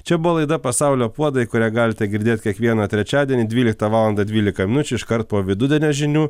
čia buvo laida pasaulio puodai kurią galite girdėt kiekvieną trečiadienį dvyliktą valandą dvylika minučių iškart po vidudienio žinių